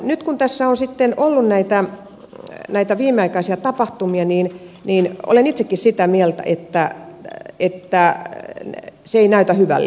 nyt kun tässä on sitten ollut näitä viimeaikaisia tapahtumia niin olen itsekin sitä mieltä että se ei näytä hyvälle